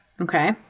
Okay